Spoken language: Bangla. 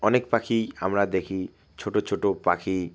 অনেক পাখি আমরা দেখি ছোটো ছোটো পাখি